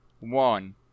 one